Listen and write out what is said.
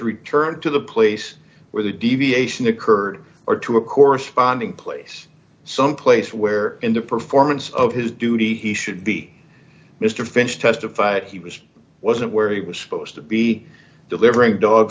returned to the place where the deviation occurred or to a corresponding place some place where in the performance of his duty he should be mr finch testified he was wasn't where he was supposed to be delivering dog